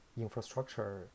infrastructure